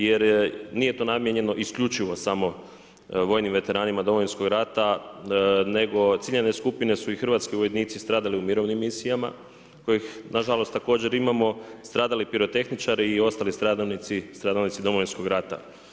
Jer nije to namijenjeno isključivo samo vojnim veteranima Domovinskog rata, nego ciljane skupine su i hrvatski vojnici stradali u mirovnim misijama kojih na žalost također imamo, stradali pirotehničari i ostali stradalnici Domovinskog rata.